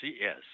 Yes